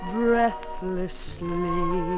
breathlessly